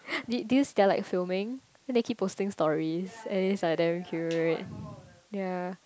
did did you see they are like filming then they keep posting stories and it's like damn cute ya